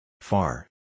Far